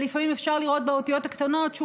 לפעמים אפשר לראות באותיות הקטנות שהוא